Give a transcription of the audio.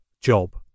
job